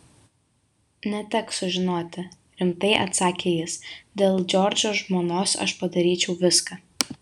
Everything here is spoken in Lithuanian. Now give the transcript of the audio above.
neteks sužinoti rimtai atsakė jis dėl džordžo žmonos aš padaryčiau viską